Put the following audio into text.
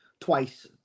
twice